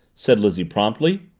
said lizzie promptly.